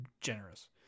generous